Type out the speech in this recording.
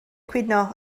cwyno